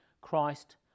Christ